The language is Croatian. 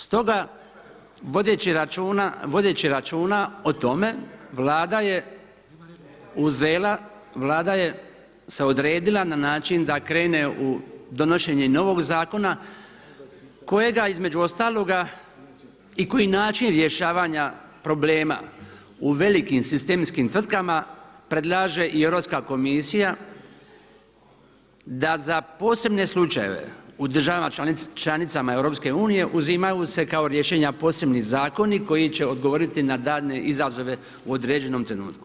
Stoga vodeći računa o tome Vlada je uzela, Vlada se odredila na način da krene u donošenje novog zakona kojega između ostaloga i koji način rješavanja problema u velikim sistemskim tvrtkama predlaže i Europska komisija da za posebne slučajeve u državama članicama EU uzimaju se kao rješenja posebni zakoni koji će odgovoriti na daljnje izazove u određenom trenutku.